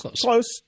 close